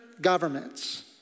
governments